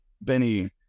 Benny